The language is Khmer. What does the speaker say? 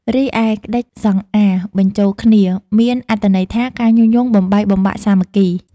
រីឯ ក្ដិចសង្អារបញ្ចូលគ្នា មានអត្ថន័យថា ការញុះញង់បំបែកបំបាក់សាមគ្គី ។